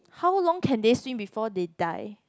how long can they swim before they die